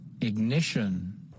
Ignition